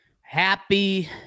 Happy